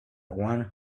one